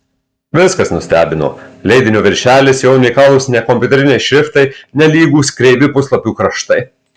viskas nustebino leidinio viršelis jo unikalūs nekompiuteriniai šriftai nelygūs kreivi puslapių kraštai